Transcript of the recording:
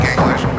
English